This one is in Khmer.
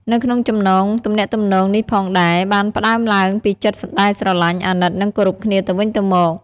នៅក្នុងចំណងទំនាក់ទំនងនេះផងដែរ បានផ្តើមឡើងពីចិត្តដែលស្រលាញ់ អាណិត និងគោរពគ្នាទៅវិញទៅមក។